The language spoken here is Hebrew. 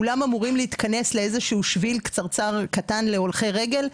כולם אמורים להתכנס לאיזשהו שביל קטן להולכי רגל,